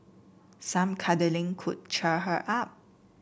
some cuddling could cheer her up